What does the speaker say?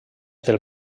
del